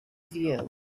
view